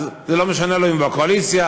וזה לא משנה אם הוא בקואליציה,